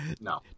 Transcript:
no